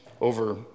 over